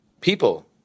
people